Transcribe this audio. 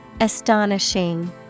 Astonishing